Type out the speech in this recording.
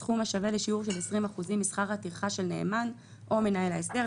סכום השווה לשיעור של 20% משכר הטרחה של נאמן או מנהל ההסדר,